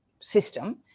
system